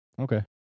Okay